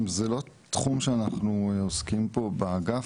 זה לא תחום שאנחנו עוסקים בו באגף,